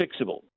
fixable